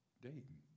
dating